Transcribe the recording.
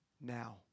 now